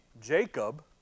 Jacob